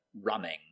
running